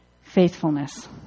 faithfulness